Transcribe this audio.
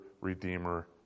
Redeemer